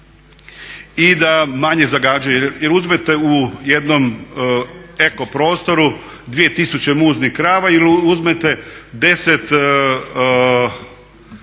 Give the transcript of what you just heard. i da manje zagađuje. Jer uzmite u jednom ekoprostoru 2000 muznih krava ili uzmete 10